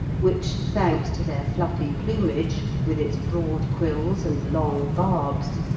which, thanks to their fluffy plumage, with its broad quills and long barbs,